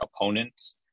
opponents